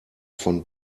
von